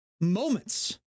moments